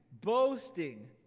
Boasting